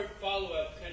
follow-up